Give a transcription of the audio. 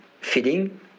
feeding